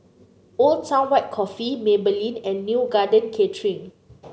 Old Town White Coffee Maybelline and Neo Garden Catering